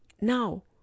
Now